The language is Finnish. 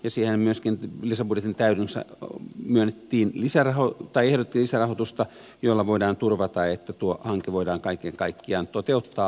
siihen myöskin lisäbudjetin täydennyksessä ehdotettiin lisärahoitusta jolla voidaan turvata että tuo hanke voidaan kaiken kaikkiaan toteuttaa asianmukaisesti